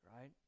right